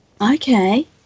Okay